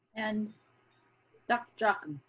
and dr. jocham.